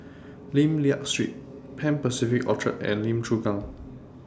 Lim Liak Street Pan Pacific Orchard and Lim Chu Kang